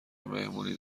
مهمونی